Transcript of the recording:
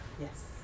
Yes